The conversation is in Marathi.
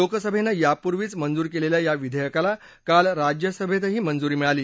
लोकसभेनं यापूर्वीच मंजूर केलेल्या या विधेयकाला काल राज्यसभेतही मंजुरी मिळाली